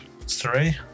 three